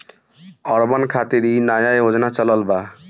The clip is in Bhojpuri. अर्बन खातिर इ नया योजना चलल बा